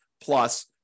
plus